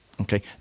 Okay